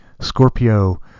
Scorpio